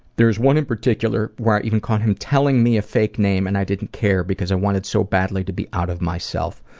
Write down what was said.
there's one in particular, where i even caught him telling me a fake name, and i didn't care because i wanted so badly to be out of myself,